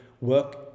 work